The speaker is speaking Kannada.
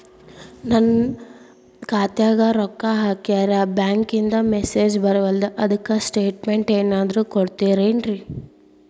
ನನ್ ಖಾತ್ಯಾಗ ರೊಕ್ಕಾ ಹಾಕ್ಯಾರ ಬ್ಯಾಂಕಿಂದ ಮೆಸೇಜ್ ಬರವಲ್ದು ಅದ್ಕ ಸ್ಟೇಟ್ಮೆಂಟ್ ಏನಾದ್ರು ಕೊಡ್ತೇರೆನ್ರಿ?